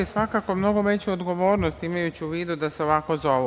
Oni će imati svakako mnogo veću odgovornost imajući u vidu da se ovako zovu.